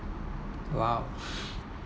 !wah!